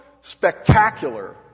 spectacular